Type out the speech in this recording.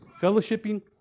Fellowshipping